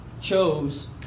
chose